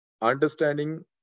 understanding